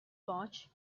pouch